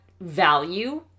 value